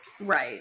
right